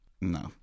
No